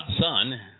son